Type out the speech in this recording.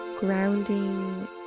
grounding